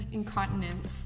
incontinence